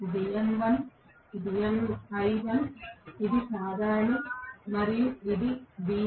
ఇది m1 ఇది l1 ఇది సాధారణం మరియు ఇది V1